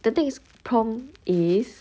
the thing is prompt is